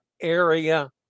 area